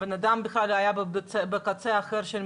בן אדם היה בקצה אחר של המדינה,